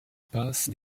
pince